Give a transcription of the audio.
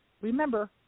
remember